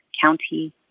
county